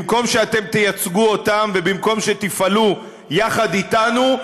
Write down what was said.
במקום שאתם תייצגו אותם ובמקום שתפעלו יחד איתנו,